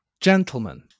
gentlemen